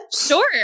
Sure